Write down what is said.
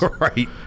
Right